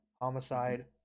homicide